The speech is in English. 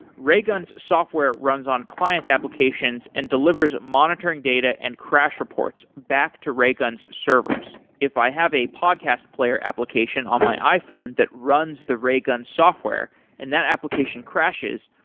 raygun's software runs on client applications and delivers monitoring data and crash reports back to raygun's servers. if i have a podcast player application on my iphone that runs the raygun software and that application crashes,